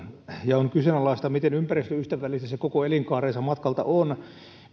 ja on kyseenalaista miten ympäristöystävällinen se koko elinkaarensa matkalta on